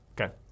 Okay